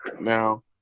Now